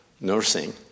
nursing